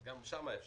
למה?